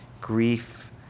grief